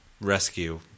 rescue